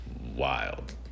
wild